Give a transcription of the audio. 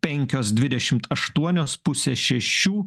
penkios dvidešim aštuonios pusę šešių